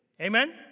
amen